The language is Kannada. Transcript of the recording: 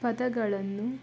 ಪದಗಳನ್ನು